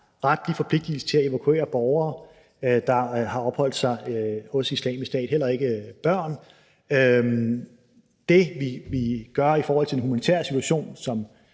retlig forpligtigelse til at evakuere borgere, der har opholdt sig hos Islamisk Stat, heller ikke børn. Det, vi gør i forhold til den humanitære situation,